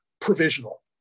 provisional